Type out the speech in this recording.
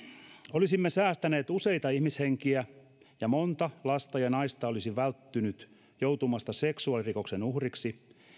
olisimme säästäneet useita ihmishenkiä ja monta lasta ja naista olisi välttynyt joutumasta seksuaalirikoksen uhriksi